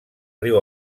riu